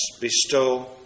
bestow